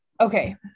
Okay